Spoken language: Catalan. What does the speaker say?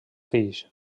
fills